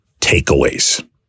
takeaways